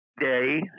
day